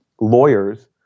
lawyers—